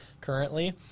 currently